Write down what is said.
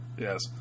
Yes